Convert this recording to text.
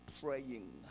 praying